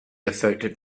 affected